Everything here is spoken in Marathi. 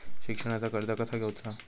शिक्षणाचा कर्ज कसा घेऊचा हा?